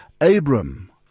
Abram